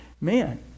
Man